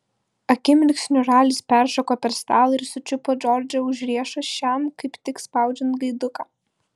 akimirksniu ralis peršoko per stalą ir sučiupo džordžą už riešo šiam kaip tik spaudžiant gaiduką